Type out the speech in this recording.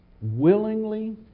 willingly